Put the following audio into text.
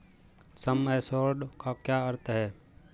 सम assured का क्या अर्थ है?